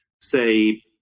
say